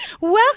Welcome